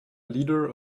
leader